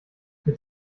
mit